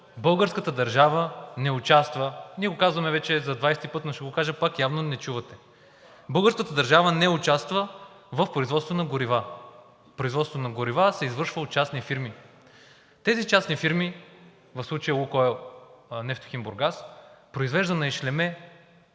българската държава не участва в производството на горива, производството на горива се извършва от частни фирми. Тези частни фирми, в случая „Лукойл Нефтохим Бургас“, произвежда на ишлеме